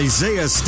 Isaiah